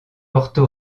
porto